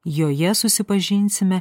joje susipažinsime